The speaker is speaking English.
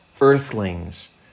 Earthlings